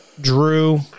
drew